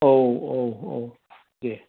औ औ औ देह